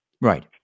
Right